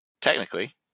technically